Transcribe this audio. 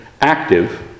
active